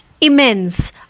Immense